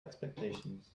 expectations